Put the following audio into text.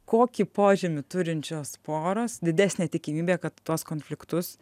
kokį požymį turinčios poros didesnė tikimybė kad tuos konfliktus